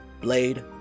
Blade